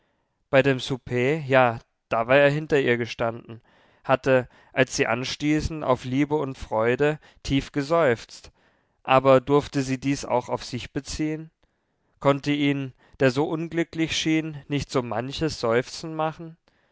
bei dem souper ja da war er hinter ihr gestanden hatte als sie anstießen auf liebe und freude tief geseufzt aber durfte sie dies auch auf sich beziehen konnte ihn der so unglücklich schien nicht so manches seufzen machen